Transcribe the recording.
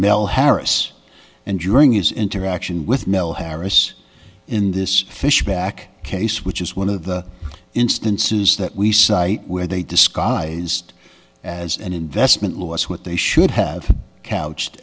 mel harris and during his interaction with no harris in this fishback case which is one of the instances that we cite where they disguised as an investment loss what they should have